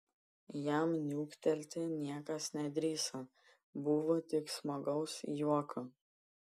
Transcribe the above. jam niuktelti niekas nedrįso buvo tik smagaus juoko